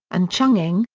and chongqing,